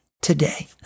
Today